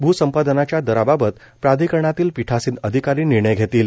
भूसंपादनाच्या दराबाबत प्राधिकरणातील पिठासीन अधिकारी निर्णय घेतील